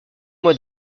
mois